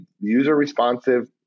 user-responsive